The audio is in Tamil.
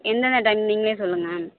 என்னென்ன டைம் நீங்களே சொல்லுங்க